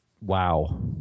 wow